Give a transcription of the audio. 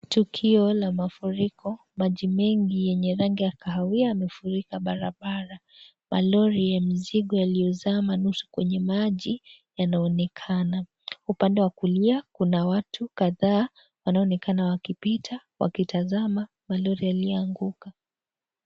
Tukio la mafuriko maji mengi yenye rangi ya kahawia yamefurika barabara , malori ya mizigo yaliyozama nusu kwenye maji yanaonekana upande wa kulia kuna watu kadhaa wanaoonekana kupita wakitazama malori yaliyoanguka.